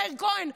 מאיר כהן,